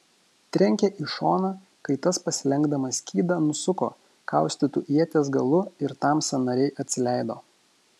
trenkė į šoną kai tas pasilenkdamas skydą nusuko kaustytu ieties galu ir tam sąnariai atsileido